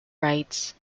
rights